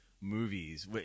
movies